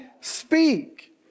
speak